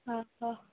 ଅ ହ